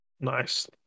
nice